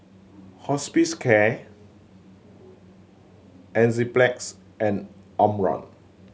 Hospicare Enzyplex and Omron